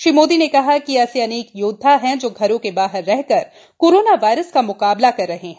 प्रधानमंत्री ने कहा कि ऐसे अनेक योद्वा हैं जो घरों के बाहर रहकर कोरोना वायरस का मुकाबला कर रहे हैं